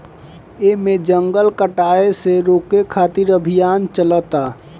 एमे जंगल कटाये से रोके खातिर अभियान चलता